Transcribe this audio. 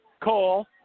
Cole